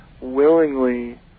willingly